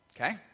okay